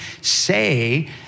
say